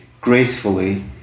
gracefully